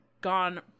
gone